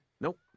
Nope